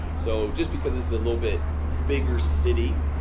so just because this is a little bit bigger city?